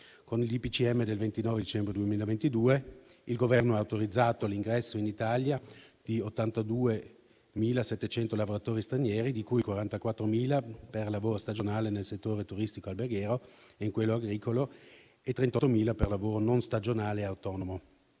Con il DPCM del 29 dicembre 2022 il Governo ha autorizzato l'ingresso in Italia di 82.700 lavoratori stranieri, di cui 44.000 per lavoro stagionale nel settore turistico-alberghiero e in quello agricolo e 38.000 per lavoro non stagionale e autonomo.